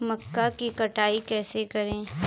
मक्का की कटाई कैसे करें?